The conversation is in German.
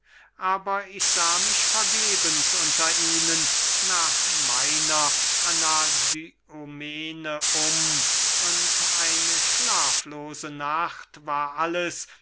aber ich sah mich vergebens unter ihnen nach meiner anadyomene um und eine schlaflose nacht war alles